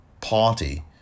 party